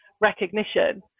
recognition